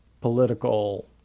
political